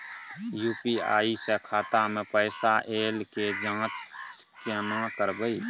UPI स खाता मे पैसा ऐल के जाँच केने करबै?